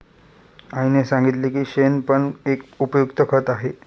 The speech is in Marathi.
आईने सांगितले की शेण पण एक उपयुक्त खत आहे